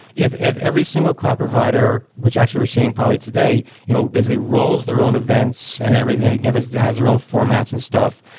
if if every single cloud provider, which actually we're seeing probably today you know basically rolls their own events and everything has their own formats and stuff,